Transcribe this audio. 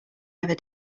never